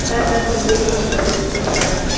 sir sir கொஞ்சம் wait பண்ணுங்க sir தோ தேடி பார்க்குறேன்